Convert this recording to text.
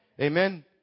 Amen